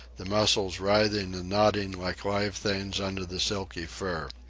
the muscles writhing and knotting like live things under the silky fur.